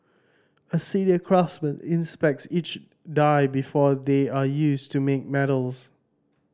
a senior craftsman inspects each die before they are used to make medals